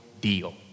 deal